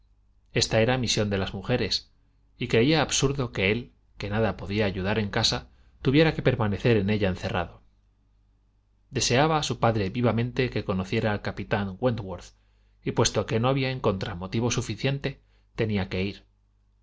esta era misión de las mujeres y creía absurdo que él que nada podía ayudar en casa tuviera que permanecer en ella encerrado deseaba su padre vivamente que conociera al capitán wentworth y puesto que no había en contra motivo suficiente tenía que ir